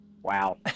Wow